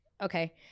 okay